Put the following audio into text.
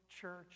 church